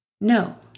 no